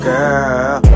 Girl